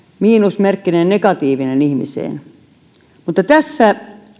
miinusmerkkinen negatiivinen mutta tässä